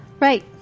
Right